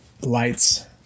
lights